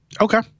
Okay